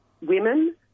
women